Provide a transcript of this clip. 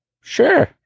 Sure